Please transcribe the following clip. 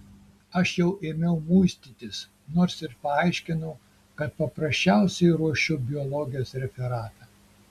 aš jau ėmiau muistytis nors ir paaiškinau kad paprasčiausiai ruošiu biologijos referatą